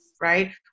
right